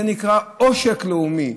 זה נקרא עושק לאומי,